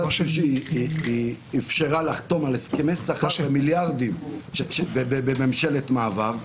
מצד שלישי היא כן אפשרה לחתום על הסכמי שכר במיליארדים בממשלת מעבר.